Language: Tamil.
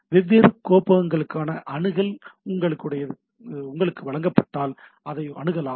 வெவ்வேறு கோப்பகங்களுக்கான அணுகல் உங்களுக்கு வழங்கப்பட்டால் அதை அணுகலாம்